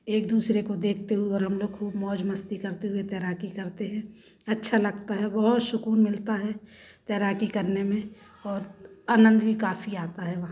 एक दूसरे को देखते हुए और हम लोग खूब मौज मस्ती करते हुए तैराकी करते हैं अच्छा लगता है बहुत सुकून मिलता है तैराकी करने में और आनंद भी काफ़ी आता है वहाँ